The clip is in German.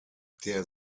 der